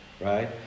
right